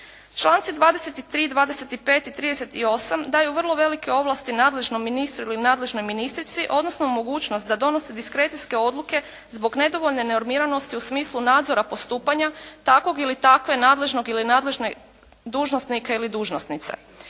Članci 23. i 25. i 38. daju vrlo velike ovlasti nadležnom ministru ili nadležnoj ministrici, odnosno mogućnost da donose diskrecijske odluke zbog nedovoljne nenormiranosti u smislu nadzora postupanja takvog ili takve, nadležnog ili nadležne dužnosnike ili dužnosnice.